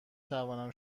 توانم